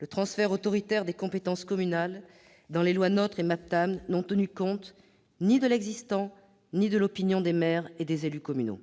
Les transferts autoritaires des compétences communales prévus par les lois NOTRe et MAPTAM n'ont tenu compte ni de l'existant ni de l'opinion des maires et des élus communaux.